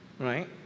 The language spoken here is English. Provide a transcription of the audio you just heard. right